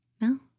No